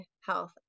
health